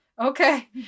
okay